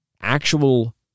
actual